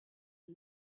and